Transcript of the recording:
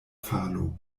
falo